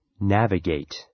Navigate